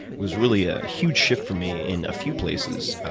was really a huge shift for me in a few places.